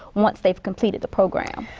once they've completed the program?